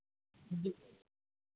जी